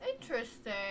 Interesting